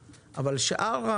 אירע אירוע בטיחותי,